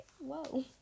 Whoa